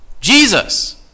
Jesus